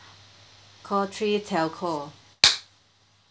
call three telco